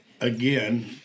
again